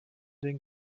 den